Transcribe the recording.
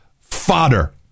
fodder